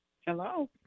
Hello